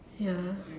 ya